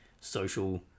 social